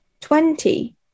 Twenty